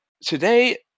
today